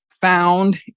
found